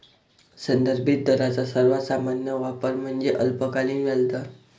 संदर्भित दरांचा सर्वात सामान्य वापर म्हणजे अल्पकालीन व्याजदर